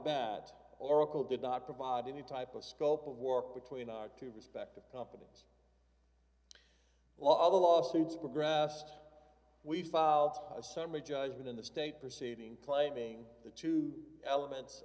bat oracle did not provide any type of scope of work between our two respective companies all the lawsuits progressed we filed a summary judgment in the state proceeding claiming the two elements